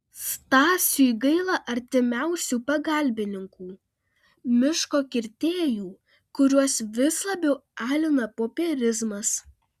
stasiui gaila artimiausių pagalbininkų miško kirtėjų kuriuos vis labiau alina popierizmas